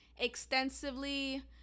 extensively